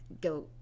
go